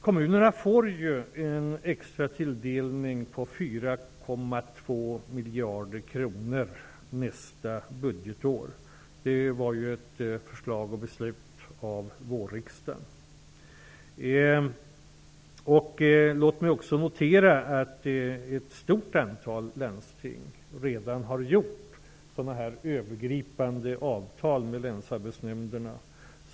Kommunerna får en extra tilldelning på 4,2 miljarder kronor nästa budgetår. Det har riksdagen beslutat. Ett stort antal landsting har redan ingått övergripande avtal med länsarbetsnämnderna.